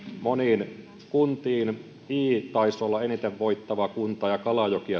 moniin kuntiin ii taisi olla eniten voittava kunta ja kalajoki